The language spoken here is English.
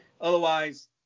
Otherwise